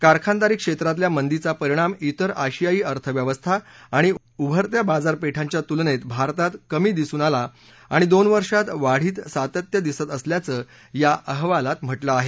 कारखानदारी क्षेत्रातल्या मंदीचा परिणाम ित्तर आशियायी अर्थव्यवस्था आणि उभरत्या बाजारपेठांच्या तुलनेत भारतात कमी दिसून आला आणि दोन वर्षात वाढीत सातत्य दिसत असल्याचं या अहवालात म्हटलं आहे